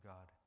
God